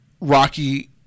Rocky